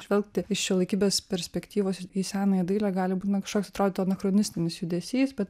žvelgti iš šiuolaikybės perspektyvos ir į senąją dailę gali būti na kažkoks atrodo anachronistinis judesys bet